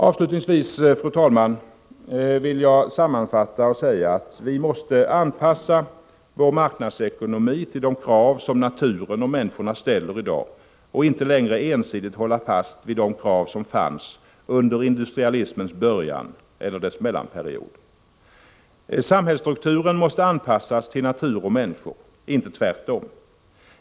Avslutningsvis, fru talman, vill jag sammanfatta och säga att vi måste anpassa vår marknadsekonomi till de krav som naturen och människorna ställer i dag och inte längre ensidigt hålla fast vid krav som fanns under industrialismens början eller dess mellanperiod. Samhällsstrukturen måste anpassas till natur och människor, inte tvärtom.